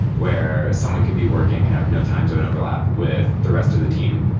where someone can be working and have no time zone overlap with the rest of the team.